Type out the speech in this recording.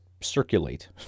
circulate